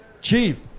Chief